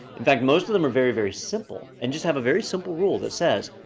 in fact, most of them are very, very simple and just have a very simple rule that says,